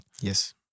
Yes